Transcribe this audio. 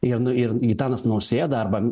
ir ir gitanas nausėda arba